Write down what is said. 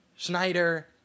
Schneider